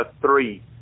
three